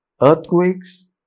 earthquakes